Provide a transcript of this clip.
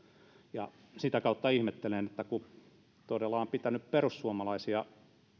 ja sitä kautta ihmettelen tätä kun todella olen pitänyt perussuomalaisia